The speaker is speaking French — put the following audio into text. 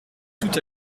tout